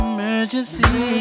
Emergency